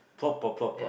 purple purple